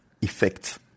effect